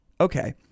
Okay